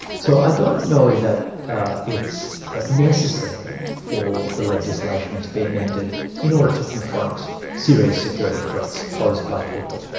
so i don't know that it's necessary yeah for the legislation to be amended in order to confront serious security threats posed by people.